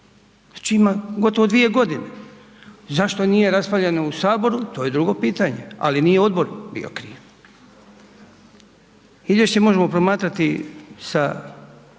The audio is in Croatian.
znači ima gotovo 2 godine. Zašto nije raspravljano u Saboru, to je drugo pitanje ali nije odbor bio kriv. Izvješće možemo promatrati sa